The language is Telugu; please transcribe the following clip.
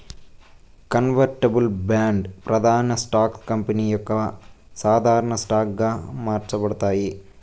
కన్వర్టబుల్ బాండ్లు, ప్రాదాన్య స్టాక్స్ కంపెనీ యొక్క సాధారన స్టాక్ గా మార్చబడతాయి